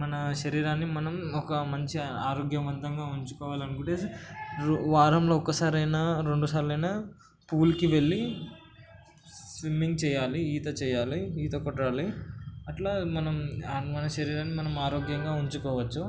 మన శరీరాన్ని మనం ఒక మంచిగా ఆరోగ్యవంతంగా ఉంచుకోవాలి అనుకునేసి వారంలో ఒక్కసారైనా రెండుసార్లు అయినా పూల్కి వెళ్ళి స్విమ్మింగ్ చేయాలి ఈత చేయాలి ఈత కొట్టాలి అట్లా మనం మన శరీరాన్ని మనం ఆరోగ్యంగా ఉంచుకోవచ్చు